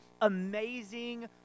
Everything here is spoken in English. amazing